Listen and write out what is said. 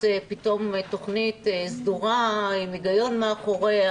פתאום תוכנית סדורה עם הגיון מאחוריה,